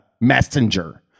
messenger